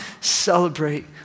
celebrate